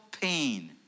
pain